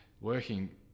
working